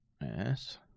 yes